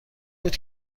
بود